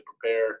prepare